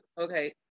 okay